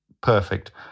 perfect